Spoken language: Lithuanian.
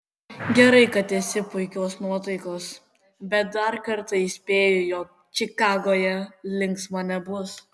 gerai kad esi puikios nuotaikos bet dar kartą įspėju jog čikagoje linksma nebus